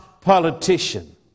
politician